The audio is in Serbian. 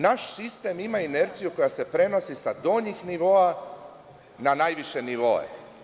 Naš sistem ima inerciju koja se prenosi sa donjih nivoa na najviše nivoe.